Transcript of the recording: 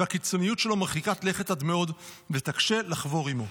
והקיצוניות שלו מרחיקת לכת עד מאוד ותקשה לחבור עימו".